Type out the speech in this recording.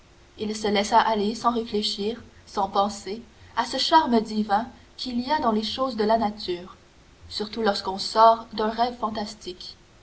il se laissa aller sans réfléchir sans penser à ce charme divin qu'il y a dans les choses de la nature surtout lorsqu'on sort d'un rêve fantastique